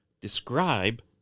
Describe